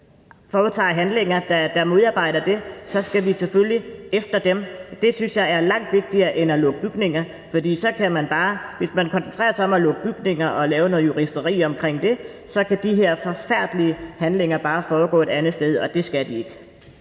foretager handlinger, der modarbejder det. Så skal vi selvfølgelig efter dem. Det synes jeg er langt vigtigere end at lukke bygninger. For hvis man koncentrerer sig om at lukke bygninger og lave noget juristeri omkring det, så kan de her forfærdelige handlinger bare foregå et andet sted, og det skal de ikke.